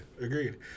agreed